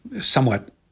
somewhat